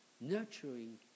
nurturing